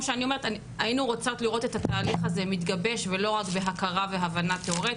היינו רוצות לראות את התהליך הזה מתגבש ולא רק בהכרה והבנה תיאורטית,